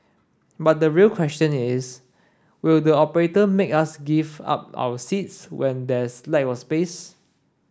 but the real question is will the operator make us give up our seats when there's lack of space